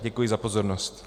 Děkuji za pozornost.